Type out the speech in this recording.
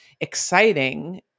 exciting